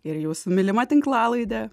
ir jūsų mylima tinklalaidė